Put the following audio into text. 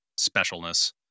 specialness